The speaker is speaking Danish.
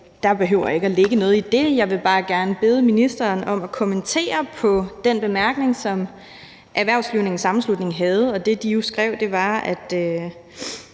Der behøver ikke at ligge noget i det, men jeg vil bare gerne bede ministeren om at kommentere på den bemærkning, som Erhvervsflyvningens Sammenslutning havde om den trinmodel for